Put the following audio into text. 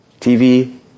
TV